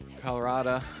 Colorado